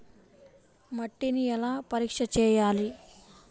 మట్టిని ఎలా పరీక్ష చేయాలి?